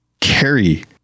Carrie